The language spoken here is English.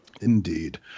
Indeed